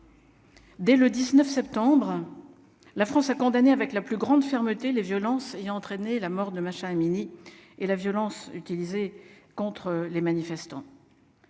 Dès le 19 septembre la France a condamné avec la plus grande fermeté les violences ayant entraîné la mort de machin et mini et la violence utilisée contre les manifestants,